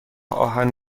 آهن